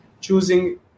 choosing